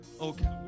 Okay